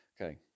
Okay